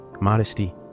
modesty